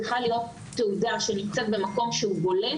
צריכה להיות תעודה במקום שהוא בולט,